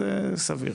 זה סביר,